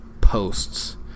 posts